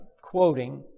Quoting